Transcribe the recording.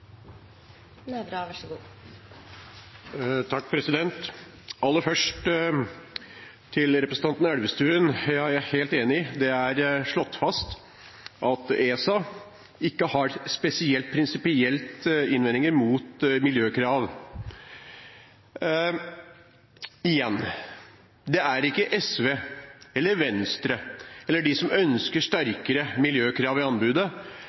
Aller først til representanten Elvestuen: Ja, det er jeg helt enig i, det er slått fast at ESA ikke har spesielle prinsipielle innvendinger mot miljøkrav. Igjen: Det er ikke SV eller Venstre eller de som ønsker strengere miljøkrav i anbudet,